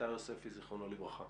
אביתר יוספי זיכרונו לברכה